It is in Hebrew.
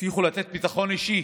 הבטיחו לתת ביטחון אישי.